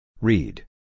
Read